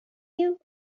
you